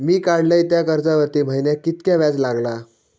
मी काडलय त्या कर्जावरती महिन्याक कीतक्या व्याज लागला?